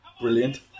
Brilliant